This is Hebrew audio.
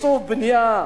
בתקצוב בנייה,